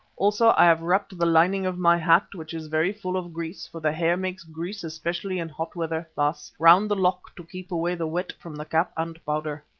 also i have wrapped the lining of my hat, which is very full of grease, for the hair makes grease especially in hot weather, baas, round the lock to keep away the wet from the cap and powder.